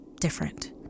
Different